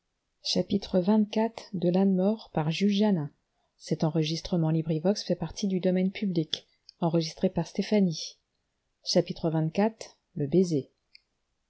donna le baiser